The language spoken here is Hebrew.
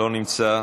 לא נמצא,